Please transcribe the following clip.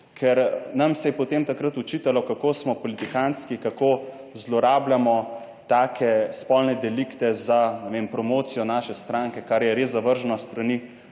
ker nam se je potem takrat očitalo, kako smo politikantski, kako zlorabljamo take spolne delikte za, ne vem, promocijo naše stranke, kar je res zavržno s strani